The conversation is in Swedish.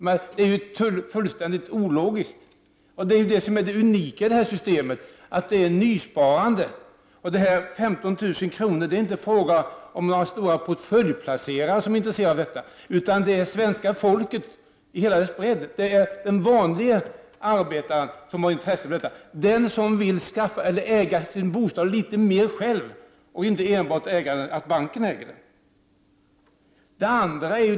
Det är ju fullständigt ologiskt! Och det unika i detta system är att det är frågan om nysparande. Det rör sig om 15 000 kr., det är inte fråga om några stora portföljplacerare som är intresserade av detta, utan det är svenska folket i hela dess bredd. Det är den vanlige arbetaren som har intresse för detta, han som själv vill äga sin bostad och litet mer, och inte vill att banken skall äga den.